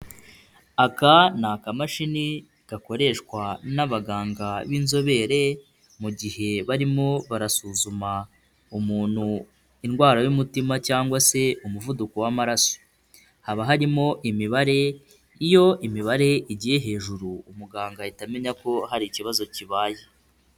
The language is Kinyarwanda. Aka ni akamashini gakoreshwa n'abaganga b'inzobere mu gihe barimo barasuzuma umuntu indwara y'umutima cyangwa se umuvuduko w'amaraso. Haba harimo imibare, iyo imibare igiye hejuru umuganga ahita amenya ko hari ikibazo kibaye.